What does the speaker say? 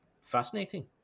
fascinating